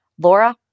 laura